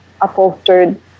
upholstered